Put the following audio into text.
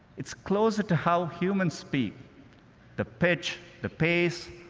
it's closer to how humans speak the pitch, the pace,